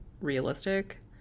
realistic